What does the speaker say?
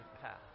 path